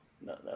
no